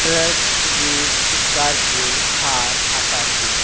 truck jeep scorpio Thar apache